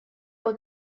per